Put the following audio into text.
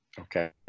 Okay